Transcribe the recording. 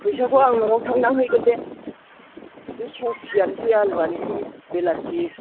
फैसाखौ आं न'आव थांना हैगोन दे बे कबियानोसै आलुआनोसै बेलासि